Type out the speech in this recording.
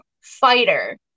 fighter